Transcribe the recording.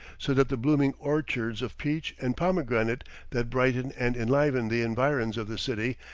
so that the blooming orchards of peach and pomegranate that brighten and enliven the environs of the city,